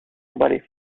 emballé